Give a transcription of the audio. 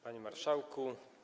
Panie Marszałku!